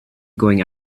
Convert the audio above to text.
going